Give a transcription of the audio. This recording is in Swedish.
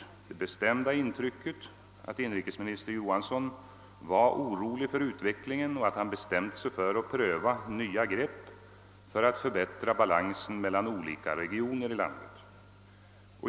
Man får det bestämda intrycket att inrikesminister Johansson var orolig för utvecklingen och att han hade bestämt sig för att pröva nya grepp för att förbättra balansen mellan olika regioner i landet.